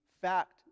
fact